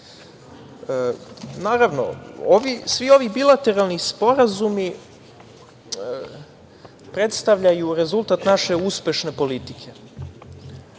naglasiti. Svi ovi bilateralni sporazumi predstavljaju rezultat naše uspešne politike,